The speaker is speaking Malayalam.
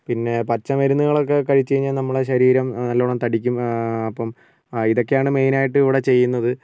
പിന്നെ പച്ചമരുന്നുകളൊക്കെ കഴിച്ച് കഴിഞ്ഞാൽ നമ്മളെ ശരീരം നല്ലവണ്ണം തടിക്കും അപ്പം ആ ഇതൊക്കെയാണ് മെയിൻ ആയിട്ട് ഇവിടെ ചെയ്യുന്നത്